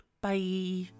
bye